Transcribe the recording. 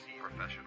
professional